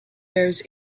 bears